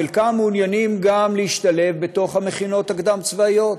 חלקם מעוניינים גם להשתלב במכינות הקדם-צבאיות,